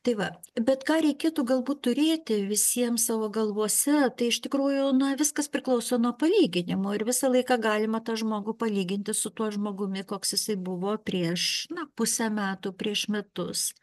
tai va bet ką reikėtų galbūt turėti visiems savo galvose tai iš tikrųjų na viskas priklauso nuo palyginimo ir visą laiką galima tą žmogų palyginti su tuo žmogumi koks jisai buvo prieš na pusę metų prieš metus